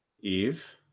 Eve